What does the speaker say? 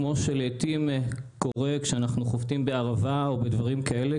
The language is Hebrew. כמו שלעיתים קורה כשאנחנו חובטים בערבה או בדברים כאלה,